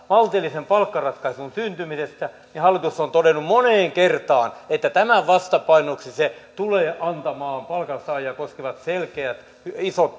maltillisen palkkaratkaisun syntymisestä hallitus on todennut moneen kertaan että tämän vastapainoksi se tulee antamaan palkansaajia koskevat selkeät isot